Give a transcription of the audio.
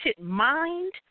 mind